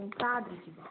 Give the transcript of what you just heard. ꯎꯝ ꯇꯥꯗ꯭ꯔꯦ ꯁꯤꯗꯤ